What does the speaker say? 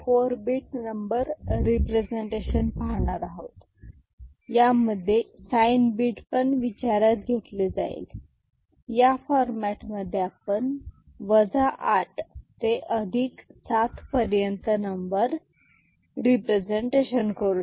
या 4 bit representation मध्ये sign bit पण विचारात घेतले जाते जसे की 2s कॉम्प्लिमेंट च्या फॉरमॅटमध्ये आपण 8 ते 7 पर्यंत नंबर रिप्रेझेंट करू